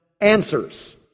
answers